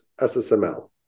SSML